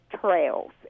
trails